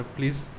Please